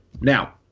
Now